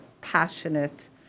passionate